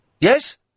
Yes